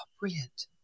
brilliant